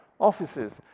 offices